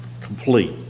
complete